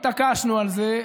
התעקשנו על זה,